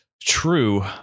True